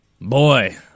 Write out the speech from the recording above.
Boy